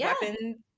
weapons